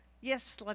yes